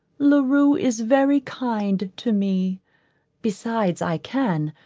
la rue is very kind to me besides i can,